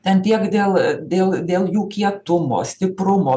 ten tiek dėl dėl dėl jų kietumo stiprumo